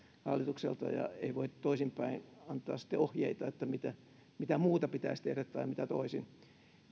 hallitukselta ja ei voi toisinpäin antaa ohjeita mitä muuta pitäisi tehdä tai mitä toisin